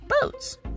Boats